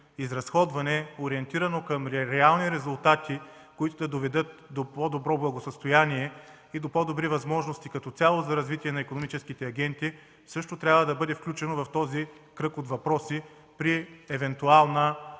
изразходване, ориентирано към реални резултати, които да доведат до по-добро благосъстояние и по-добри възможности като цяло за развитие на икономическите агенции, също трябва да бъде включено в този кръг въпроси при евентуална